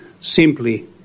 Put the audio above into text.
Simply